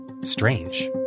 Strange